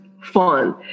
fun